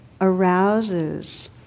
arouses